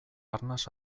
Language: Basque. arnas